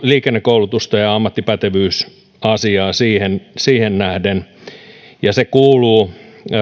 liikennekoulutusta ja ja ammattipätevyysasiaa siihen siihen nähden ja se kuuluu